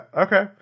okay